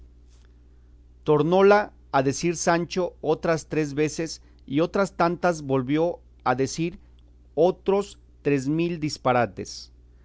tiempo tornóla a decir sancho otras tres veces y otras tantas volvió a decir otros tres mil disparates